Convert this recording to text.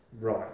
Right